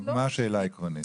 מה השאלה העקרונית?